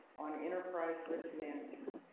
on interparietal risk management.